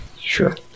Sure